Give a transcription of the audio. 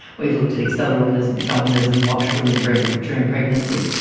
we've looked at accelerometers and pedometers and watched women during during pregnancy,